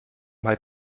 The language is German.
mal